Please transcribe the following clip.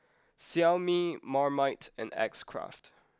Xiaomi Marmite and X Craft